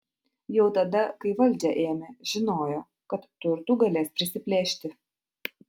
jau tada kai valdžią ėmė žinojo kad turtų galės prisiplėšti